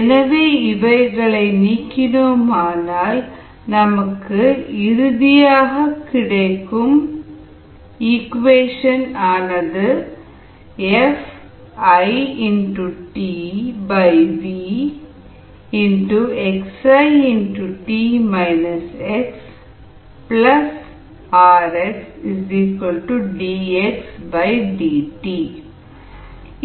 எனவே இவைகளை நீக்கினால் Fitρρddt Fitddt ddt பதிலாக முதலாவதில் போட்டால் FitxitrxVxFitVddt Fit rxVVddt FitV rxddt